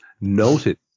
Noted